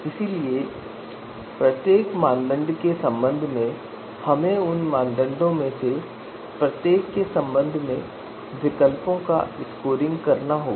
इसलिए प्रत्येक मानदंड के संबंध में हमें उन मानदंडों में से प्रत्येक के संबंध में विकल्पों का स्कोरिंग करना होगा